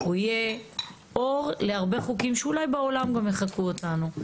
הוא יהיה אור להרבה חוקים שאולי בעולם גם יחקו אותנו.